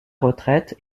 retraite